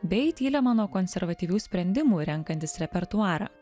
bei tylemano konservatyvių sprendimų renkantis repertuarą